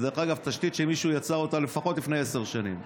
תשתית שמישהו ייצר אותה לפחות לפני עשר שנים.